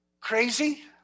crazy